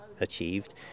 achieved